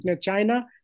China